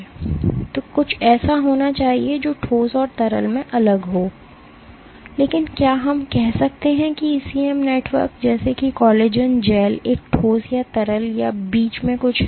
तो कुछ ऐसा होना चाहिए जो ठोस और तरल में अलग हो लेकिन क्या हम कह सकते हैं कि ईसीएम नेटवर्क जैसे कि कोलेजन जेल एक ठोस या तरल या बीच में कुछ है